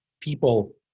people